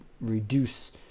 reduce